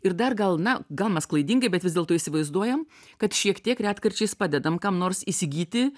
ir dar gal na gal mes klaidingai bet vis dėlto įsivaizduojam kad šiek tiek retkarčiais padedam kam nors įsigyti